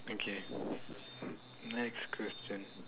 okay next question